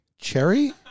Cherry